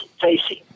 facing